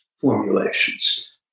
formulations